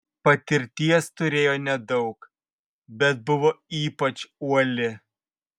patirties turėjo nedaug bet buvo ypač uoli